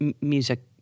music